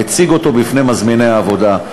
מציג אותו בפני מזמיני העבודה,